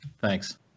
Thanks